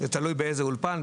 זה תלוי באיזה אולפן,